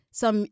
som